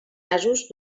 asos